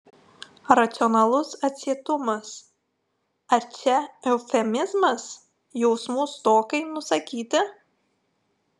racionalus atsietumas ar čia eufemizmas jausmų stokai nusakyti